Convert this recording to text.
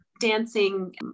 dancing